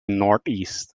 northeast